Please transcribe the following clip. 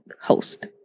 host